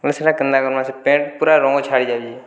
ବେଲେ ସେଟା କେନ୍ତା କର୍ମା ସେ ପେଣ୍ଟ୍ ପୁରା ରଙ୍ଗ ଛାଡ଼ିଯାଉଚେ